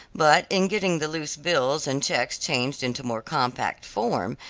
but in getting the loose bills and cheques changed into more compact form,